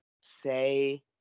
say